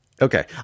Okay